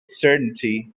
certainty